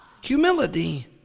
humility